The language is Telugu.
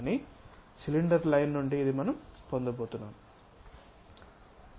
కానీ సిలిండర్ లైన్ నుండి ఇది మనం పొందబోతున్నాం